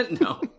No